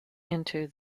into